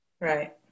right